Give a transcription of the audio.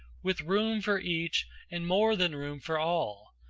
with room for each and more than room for all,